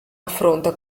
affronta